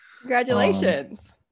congratulations